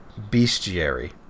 Bestiary